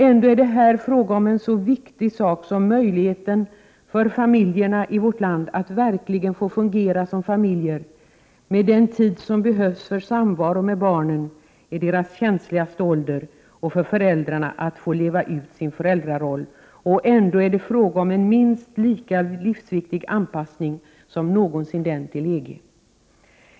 Ändå är det här fråga om en så viktig sak som möjligheten för familjerna i vårt land att verkligen få fungera som familjer med den tid som behövs för samvaron med barnen i deras känsligaste ålder och för föräldrarna att få leva ut sin föräldraroll. Ändå är det fråga om en minst lika livsviktig anpassning som någonsin den till EG.